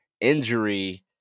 injury